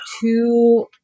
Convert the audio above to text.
two